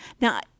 now